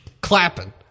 clapping